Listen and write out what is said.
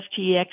FTX